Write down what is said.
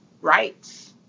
rights